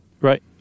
Right